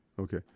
okay